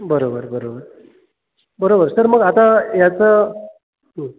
बरोबर बरोबर बरोबर सर मग आता याचं